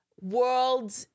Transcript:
world